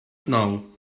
know